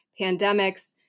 pandemics